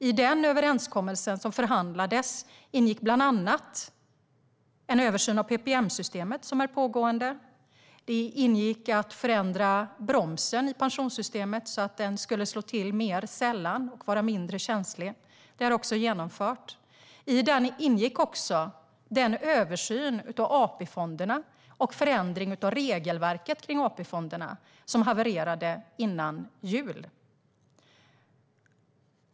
I den överenskommelsen, som förhandlades, ingick bland annat en översyn av PPM-systemet som är pågående. Det ingick att förändra bromsen i pensionssystemet så att den skulle slå till mer sällan och vara mindre känslig. Det är också genomfört. I detta ingick den översyn av AP-fonderna och förändring av regelverket kring AP-fonderna som havererade före jul.